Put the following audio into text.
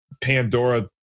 Pandora